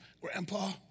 Grandpa